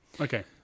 Okay